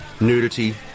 nudity